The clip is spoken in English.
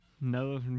No